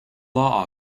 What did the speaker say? law